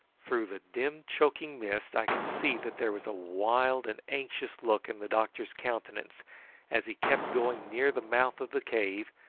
through the dim choking mist i could see that there was a wild and anxious look in the doctor's countenance as he kept going near the mouth of the cave,